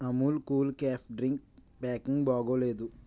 Amul cool cafe drink packing బాగోలేదు